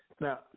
Now